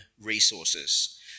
resources